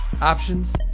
options